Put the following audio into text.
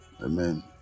Amen